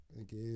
Okay